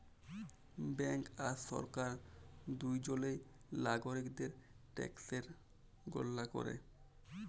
bank আর সরকার দুজলই লাগরিকদের ট্যাকসের গললা ক্যরে